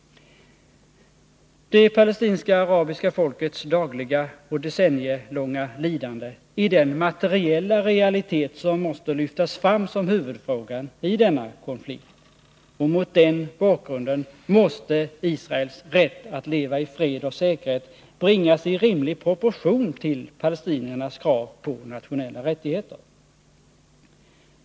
Det palestinska arabiska folkets dagliga och decennielånga lidande är den materiella realitet som måste lyftas fram som huvudfrågan i denna konflikt. Och mot den bakgrunden måste Israels rätt att leva i fred och säkerhet bringas i rimlig proportion till palestiniernas krav på nationella rättigheter.